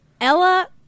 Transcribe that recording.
Ella